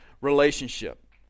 relationship